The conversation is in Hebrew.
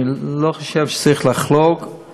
אני לא חושב שצריך לחרוג,